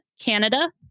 Canada